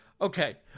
Okay